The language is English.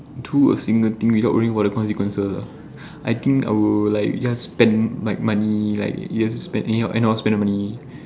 do a single thing without worrying about the consequences ah I think I will like just spend my money like just spend any~ anyhow spend my money